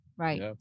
Right